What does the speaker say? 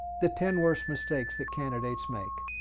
the ten worst mistakes that candidates make.